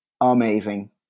Amazing